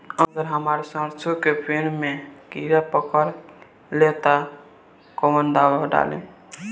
अगर हमार सरसो के पेड़ में किड़ा पकड़ ले ता तऽ कवन दावा डालि?